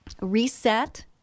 reset